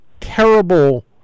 terrible